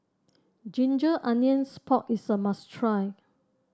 Ginger Onions Pork is a must try